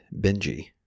Benji